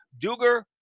Duger